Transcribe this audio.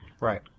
Right